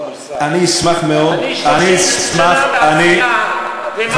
אני 30 שנה בעשייה למען עם ישראל.